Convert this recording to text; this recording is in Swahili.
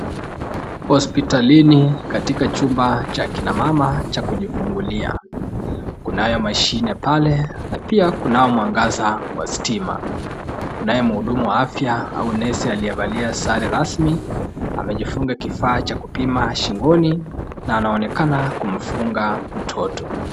Hospitalini katika chumba cha kina mama cha kujifungulia, kunayo mashine pale na pia kunao mwangaza wa stima , kunaye mhudumu wa afya au nesi aliyevalia sare rasmi, amejiifunga kifaa cha kupima shingoni na anaonekana kumfunga mtoto.